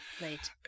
late